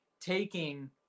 taking